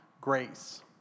Grace